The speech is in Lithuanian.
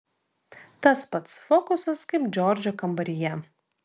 tas pats fokusas kaip džordžo kambaryje